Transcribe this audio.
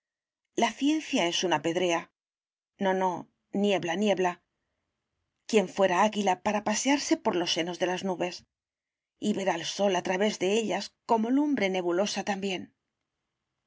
la ciencia es una pedrea no no niebla niebla quién fuera águila para pasearse por los senos de las nubes y ver al sol a través de ellas como lumbre nebulosa también